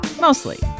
Mostly